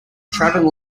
traveling